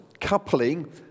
coupling